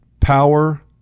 power